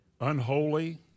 unholy